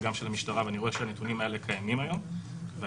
גברתי,